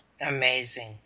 Amazing